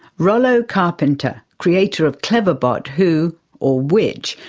rollo carpenter, creator of cleverbot but who or which!